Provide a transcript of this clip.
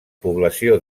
població